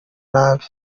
nabi